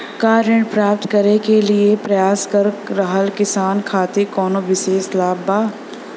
का ऋण प्राप्त करे के प्रयास कर रहल किसान खातिर कउनो विशेष लाभ बा?